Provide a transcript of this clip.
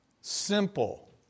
simple